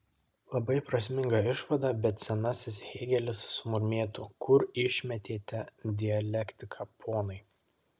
labai prasminga išvada bet senasis hėgelis sumurmėtų kur išmetėte dialektiką ponai